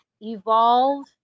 evolve